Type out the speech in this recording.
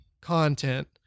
content